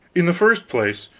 in the first place,